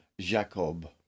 Jacob